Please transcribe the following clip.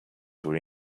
were